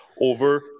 over